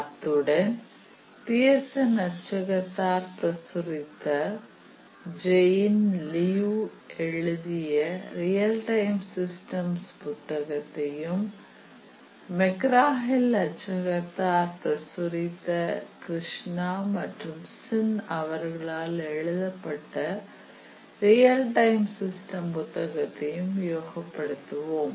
அத்துடன் பியர்சன் அச்சகத்தார் பிரசுரித்த ஜெயின் லியு எழுதிய ரியல் டைம் சிஸ்டம்ஸ் புத்தகத்தையும் மெக்ராஹில் அச்சகத்தார் பிரசுரித்த கிருஷ்ணா மற்றும் சின் அவர்களால் எழுதப்பட்ட ரியல் டைம் சிஸ்டம் புத்தகத்தையும் உபயோக படுத்துவோம்